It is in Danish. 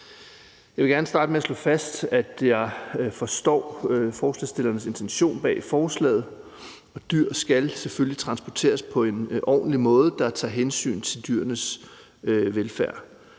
Jeg vil gerne starte med at slå fast, at jeg forstår forslagsstillernes intention bag forslaget, for dyr skal selvfølgelig transporteres på en ordentlig måde, der tager hensyn til dyrenes velfærd.